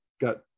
got